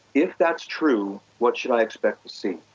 if that's true, what should i expect to see?